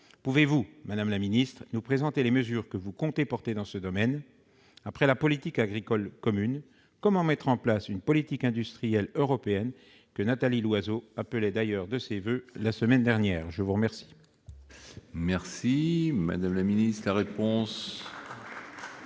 Pouvez-vous, madame la secrétaire d'État, nous présenter les mesures que vous comptez défendre dans ce domaine ? Après la politique agricole commune, comment mettre en place une politique industrielle européenne, que Nathalie Loiseau appelait d'ailleurs de ses voeux la semaine dernière ? La parole est à Mme la secrétaire